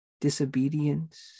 disobedience